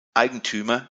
eigentümer